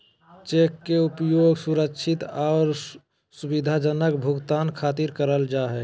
cheque के उपयोग सुरक्षित आर सुविधाजनक भुगतान खातिर करल जा हय